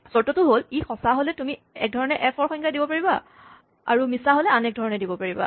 চৰ্তটো হ'ল ই সচাঁ হ'লে তুমি একধৰণে এফ ৰ সংজ্ঞা দিবা মিছা হ'লে আন এক ধৰণে দিবা